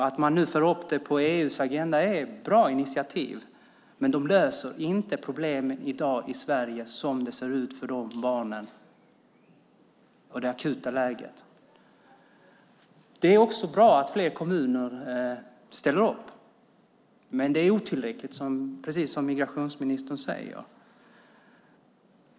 Att man nu för upp det på EU:s agenda är ett bra initiativ, men det löser inte problemen här och nu i Sverige för de barn som är i ett akut läge. Det är också bra att fler kommuner ställer upp. Men det är otillräckligt, precis som migrationsministern sade.